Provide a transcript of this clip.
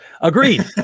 Agreed